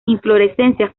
inflorescencias